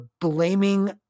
blaming